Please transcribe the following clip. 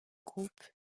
groupe